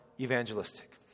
evangelistic